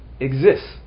exists